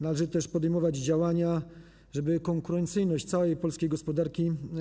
Należy też podejmować działania, żeby wzmocnić konkurencyjność całej polskiej gospodarki.